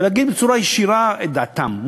ולהגיד בצורה ישירה את דעתם,